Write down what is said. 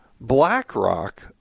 BlackRock